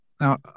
Now